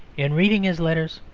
in reading his letters,